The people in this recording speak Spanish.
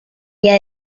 día